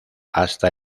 hasta